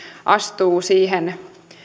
astuu siihen